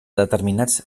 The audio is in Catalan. determinats